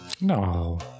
No